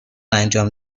انجام